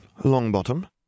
Longbottom